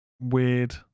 weird